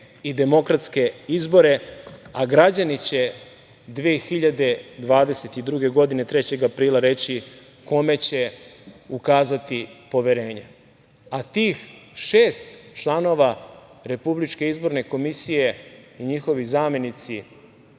i demokratske izbore, a građani će 2022. godine, 3. aprila, reći kome će ukazati poverenje. A tih šest članova RIK i njihovi zamenici